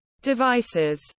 devices